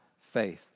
faith